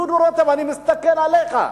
דודו רותם, אני מסתכל עליך,